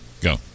go